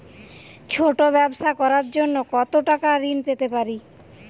ছোট ব্যাবসা করার জন্য কতো টাকা ঋন পেতে পারি?